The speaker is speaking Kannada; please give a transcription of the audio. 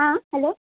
ಹಾಂ ಹಲೋ